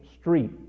street